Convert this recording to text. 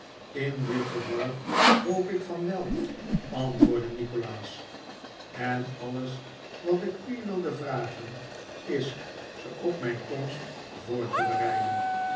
in dit geval hoop ik van wel antwoordde nikolaas en alles wat ik u wilde vragen is ze op mijn komst voor te bereiden